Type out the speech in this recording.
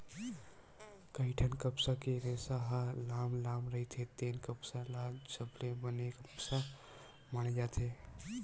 कइठन कपसा के रेसा ह लाम लाम रहिथे तेन कपसा ल सबले बने कपसा माने जाथे